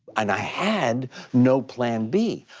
and i had no plan b.